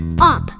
Up